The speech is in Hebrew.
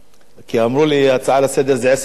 כי אמרו לי הצעה לסדר-היום זה עשר דקות.